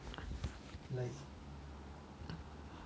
err my petty reason is